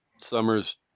summers